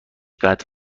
قطع